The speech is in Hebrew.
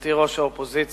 גברתי ראש האופוזיציה,